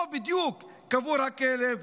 פה בדיוק קבור הכלב.